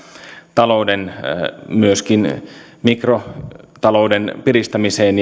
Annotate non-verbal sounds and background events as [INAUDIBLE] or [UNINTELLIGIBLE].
talouden myöskin mikrotalouden piristämiseen [UNINTELLIGIBLE]